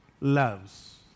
loves